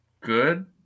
good